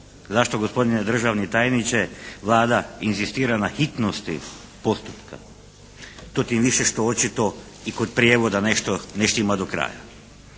zašto gospodine državni tajniče Vlada inzistira na hitnosti postupka. To tim više što očito i kod prijevoda nešto ne štima do kraja.